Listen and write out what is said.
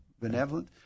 benevolent